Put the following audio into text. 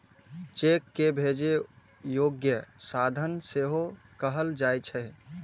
cheque कें बेचै योग्य साधन सेहो कहल जाइ छै